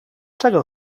czego